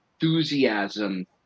enthusiasm